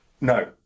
no